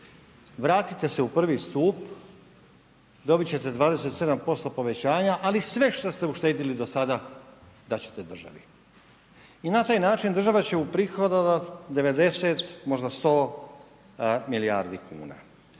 Vratite se u I. stup, dobit ćete 27% povećanja, ali sve što ste uštedili do sada dat ćete državi. I na taj način država će uprihodovat 90, možda 100 milijardi kuna.